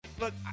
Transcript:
Look